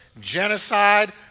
genocide